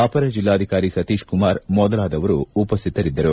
ಅಪರ ಜಿಲ್ಲಾಧಿಕಾರಿ ಸತೀಶ್ಕುಮಾರ್ ಮೊದಲಾದವರು ಉಪ್ಟಿತರಿದ್ದರು